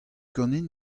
ganin